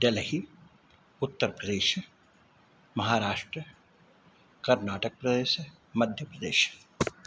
देहली उत्तरप्रदेशः महाराष्ट्रं कर्नाटकप्रदेशः मध्यप्रदेशः